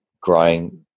growing